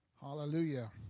Hallelujah